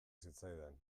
zitzaidan